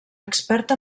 expert